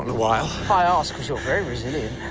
while. i ask because you're very resilient.